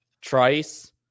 Trice